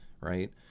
right